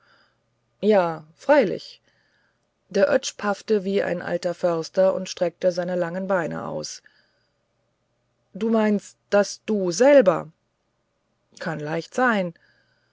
ja freilich der oetsch paffte wie ein alter förster und streckte seine langen beine aus du meinst daß du selber kann leicht sein